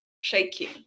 shaking